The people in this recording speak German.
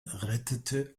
rettete